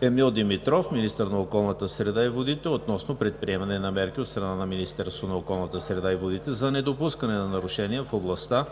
Емил Димитров – министър на околната среда и водите, относно предприемане на мерки от страна на Министерството на околната среда и водите за недопускане на нарушения в областта